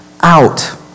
out